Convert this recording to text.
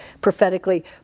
prophetically